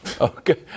Okay